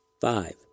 Five